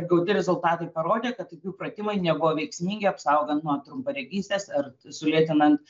gauti rezultatai parodė kad akių pratimai nebuvo veiksmingi apsaugant nuo trumparegystės ar sulėtinant